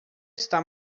está